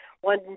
One